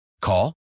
Call